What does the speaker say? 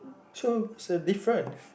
so is a different